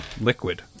liquid